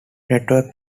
network